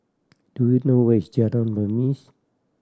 do you know where is Jalan Remis